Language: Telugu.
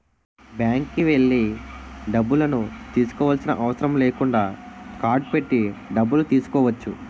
బ్యాంక్కి వెళ్లి డబ్బులను తీసుకోవాల్సిన అవసరం లేకుండా కార్డ్ పెట్టి డబ్బులు తీసుకోవచ్చు